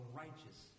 righteous